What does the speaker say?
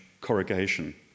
corrugation